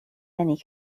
many